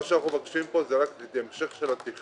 מה שאנחנו מבקשים פה זה רק את המשך התכנון.